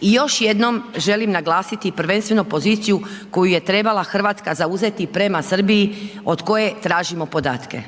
I još jednom želim naglasiti prvenstveno poziciju koju je trebala Hrvatska zauzeti prema Srbiji od koje tražimo podatke.